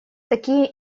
такие